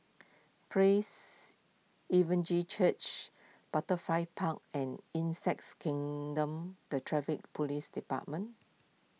Praise Church Butterfly pound and Insects Kingdom the Traffic Police Department